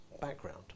background